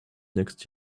next